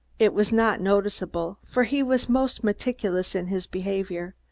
it was not noticeable, for he was most meticulous in his behavior,